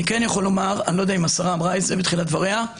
אני לא יודע אם השרה אמרה את זה בתחילת דבריה,